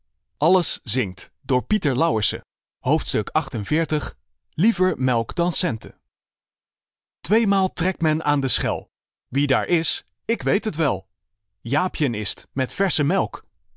liever melk dan centen tweemaal trekt men aan de schel wie daar is ik weet het wel jaapjen is t met versche melk